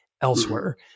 elsewhere